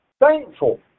Thankful